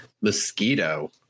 Mosquito